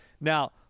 Now